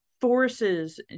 forces